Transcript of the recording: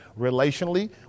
relationally